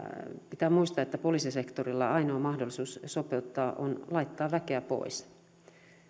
pitää muistaa että poliisisektorilla ainoa mahdollisuus sopeuttaa on laittaa väkeä pois